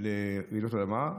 לרעידות אדמה.